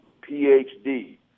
Ph.D